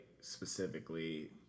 specifically